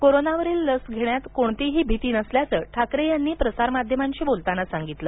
कोरोनावरील लस घेण्यात कोणतीही भीती नसल्याचं ठाकरे यांनी माध्यमांशी बोलताना सांगितलं